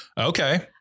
Okay